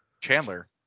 Chandler